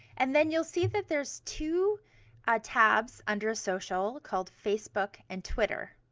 and then you'll see that there's two tabs under social called facebook and twitter